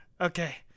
Okay